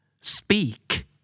Speak